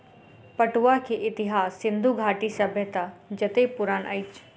पटुआ के इतिहास सिंधु घाटी सभ्यता जेतै पुरान अछि